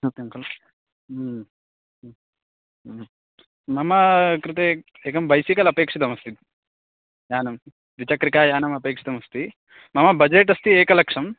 सत्यं कलु मम कृते एकम् एकं बैसिकल् अपेक्षितमासीत् यानं द्विचक्रिकायानम् अपेक्षितमस्ति मम बजेट् अस्ति एकलक्षम्